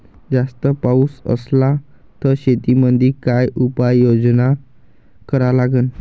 जास्त पाऊस असला त शेतीमंदी काय उपाययोजना करा लागन?